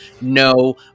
no